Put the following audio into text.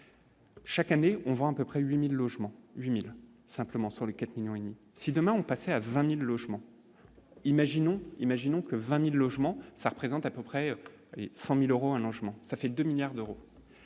Chaque année, on va un peu près 8000 logements 8000 simplement sur lequel, si demain on passait à 20000 logements, imaginons, imaginons que 20000 logements ça représente à peu près 100000 euros, un logement, ça fait 2 milliards d'euros,